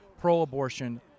pro-abortion